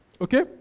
Okay